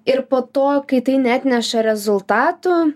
ir po to kai tai neatneša rezultatų